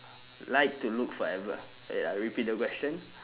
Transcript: like to look forever wait I repeat the question